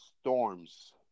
storms